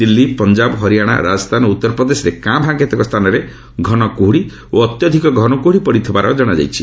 ଦିଲ୍ଲୀ ପଞ୍ଜାବ ହରିୟାଣା ରାଜସ୍ଥାନ ଓ ଉତ୍ତରପ୍ରଦେଶରେ କାଁଭାଁ କେତେକ ସ୍ଥାନରେ ଘନକୁହୁଡ଼ି ଓ ଅତ୍ୟଧିକ ଘନ କୁହୁଡ଼ି ପଡ଼ିଥିବାର ଜଣାଯାଇଛି